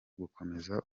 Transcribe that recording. gukomeza